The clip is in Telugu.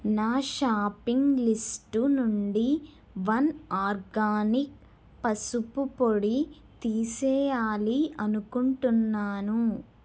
నా షాపింగ్ లిస్టు నుండి వన్ ఆర్గానిక్ పసుపు పొడి తీసేయాలి అనుకుంటున్నాను